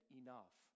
enough